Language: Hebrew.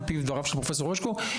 מפי דבריו של פרופ' הרשקו,